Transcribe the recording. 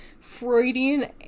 freudian